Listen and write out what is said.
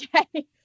Okay